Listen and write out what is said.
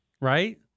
right